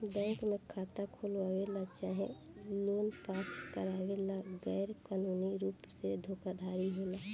bank में खाता खोलवावे ला चाहे लोन पास करावे ला गैर कानूनी रुप से धोखाधड़ी होला